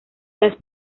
las